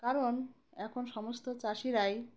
কারণ এখন সমস্ত চাষিরাই